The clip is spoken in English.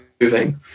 moving